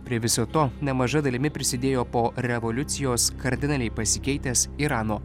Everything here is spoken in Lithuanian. prie viso to nemaža dalimi prisidėjo po revoliucijos kardinaliai pasikeitęs irano